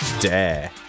Dare